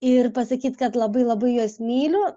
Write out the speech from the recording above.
ir pasakyt kad labai labai juos myliu